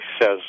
says